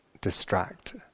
distract